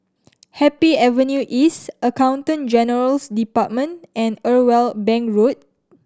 Happy Avenue East Accountant General's Department and Irwell Bank Road